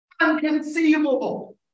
unconceivable